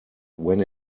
when